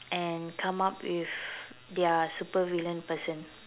and come up with their supervillain person